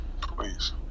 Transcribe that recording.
please